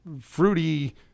fruity